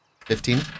Fifteen